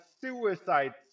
suicides